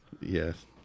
Yes